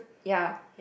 ya